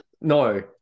No